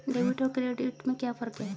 Debit और credit में क्या फर्क है?